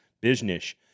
business